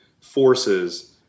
forces